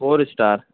four star